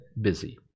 busy